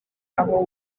aho